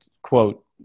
quote